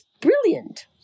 brilliant